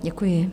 Děkuji.